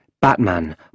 Batman